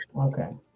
Okay